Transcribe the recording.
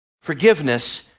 Forgiveness